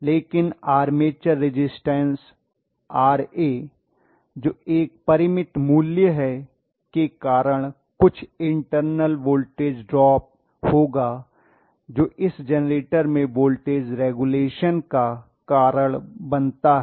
लेकिन armature resistance R A जो एक परिमित मूल्य है के कारण कुछ इंटरनल वोल्टेज ड्रॉप होगा जो इस जेनरेटर में वोल्टेज रेगुलेशन का कारण बनता है